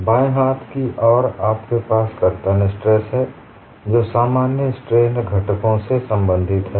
बाएं हाथ की ओर आपके पास कर्तन स्ट्रेन है जो सामान्य स्ट्रेन घटकों से संबंधित हैं